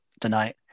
tonight